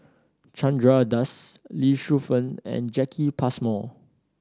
Chandra Das Lee Shu Fen and Jacki Passmore